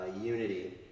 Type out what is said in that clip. unity